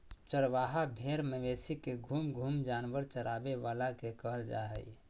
चरवाहा भेड़ मवेशी के घूम घूम जानवर चराबे वाला के कहल जा हइ